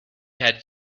had